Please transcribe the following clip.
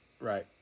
Right